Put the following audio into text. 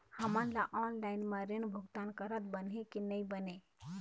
हमन ला ऑनलाइन म ऋण भुगतान करत बनही की नई बने?